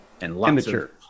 Immature